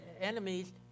enemies